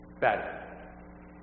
better